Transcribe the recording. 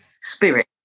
spirit